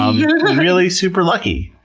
ah you know really super lucky.